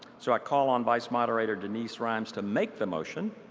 so i call on vice-moderator denise rimes to make the motion.